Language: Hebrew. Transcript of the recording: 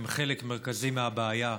הם חלק מרכזי מהבעיה,